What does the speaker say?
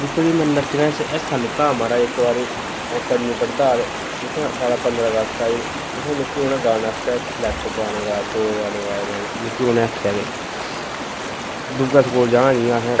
दिक्खो जी में नच्चने च हिस्सा लैता हा महाराज इक बारी अ'ऊं पंजमीं पढ़दा हा ते उत्थें साढ़ा पंदरां अगस्त हा उत्थें मिगी उ'नें इक गाने आस्तै स्लैक्ट दो गाने गाए में ते मिगी उ'नें आखेआ के दूए स्कूल जाना हा जियां असें